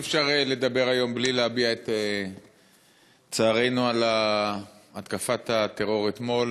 אי-אפשר לדבר היום בלי להביע את צערנו על התקפת הטרור אתמול,